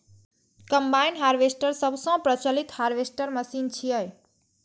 combine harvester सबसं प्रचलित harvester machine छियै